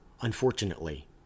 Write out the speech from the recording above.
Unfortunately